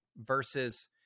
versus